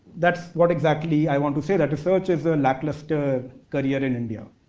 that's what exactly i want to say, that research is a lacklustre career in india.